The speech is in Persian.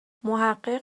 محقق